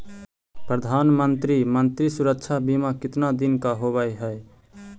प्रधानमंत्री मंत्री सुरक्षा बिमा कितना दिन का होबय है?